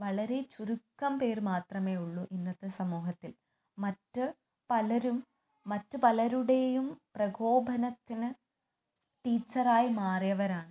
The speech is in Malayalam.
വളരെ ചുരുക്കം പേർ മാത്രമേ ഉള്ളു ഇന്നത്തെ സമൂഹത്തിൽ മറ്റ് പലരും മറ്റ് പലരുടെയും പ്രകോപനത്തിന് ടീച്ചറായി മാറിയവരാണ്